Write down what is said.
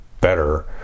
better